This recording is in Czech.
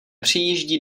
přijíždí